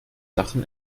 lachen